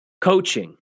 coaching